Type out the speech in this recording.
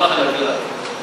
זה תחילתו של המדרון החלקלק.